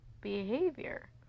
behavior